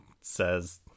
says